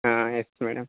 yes madam